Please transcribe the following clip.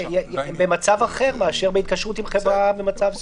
במצב אחר מאשר בהתקשרות עם חברה במצב סולבנטי.